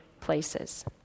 places